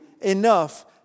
enough